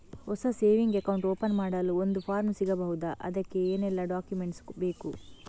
ಹೊಸ saving account open ಮಾಡಲು ಒಂದು ಫಾರ್ಮ್ ಸಿಗಬಹುದು? ಅದಕ್ಕೆ ಏನೆಲ್ಲಾ ಡಾಕ್ಯುಮೆಂಟ್ಸ್ ಬೇಕು?